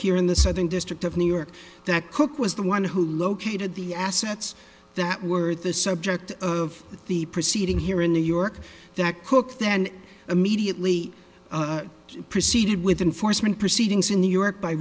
here in the southern district of new york that cook was the one who located the assets that were the subject of the proceeding here in new york that cook then immediately proceeded with enforcement proceedings in new york by